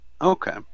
Okay